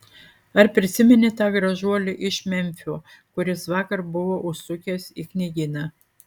ar prisimeni tą gražuolį iš memfio kuris vakar buvo užsukęs į knygyną